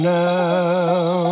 now